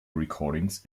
recordings